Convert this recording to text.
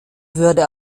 würde